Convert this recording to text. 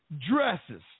dresses